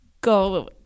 go